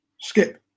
Skip